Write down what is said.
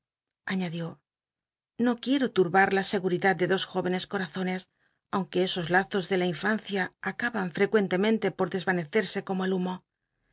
no quiero turbar la seguridad de dos jóycnes corazones aunque esos lazos de la infancia acaban frecuentemente por desvanecerse como el humo